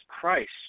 Christ